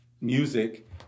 music